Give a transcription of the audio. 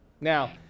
Now